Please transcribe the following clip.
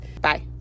bye